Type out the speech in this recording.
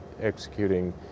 executing